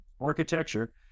architecture